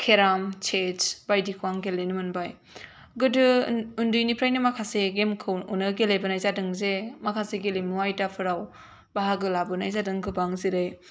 केरम सेज बायदिखौ आङो गेलेनो मोनबाय गोदो ओन्दैनिफ्रायनो माखासे गेमफोरखौनो गेलेबोनाय जादों जे माखासे गेलेमु आयदाफोराव बाहागो लाबोनाय जादों गोबां जेरै